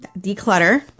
declutter